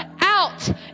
out